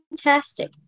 fantastic